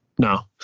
No